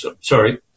sorry